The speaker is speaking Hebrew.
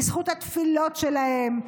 בזכות התפילות שלהם,